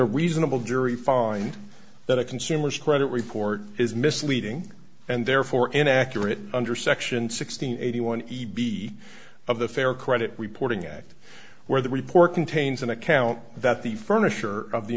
a reasonable jury find that a consumer's credit report is misleading and therefore inaccurate under section sixty eighty one the be of the fair credit reporting act where the report contains an account that the furniture of the